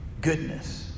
goodness